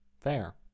fair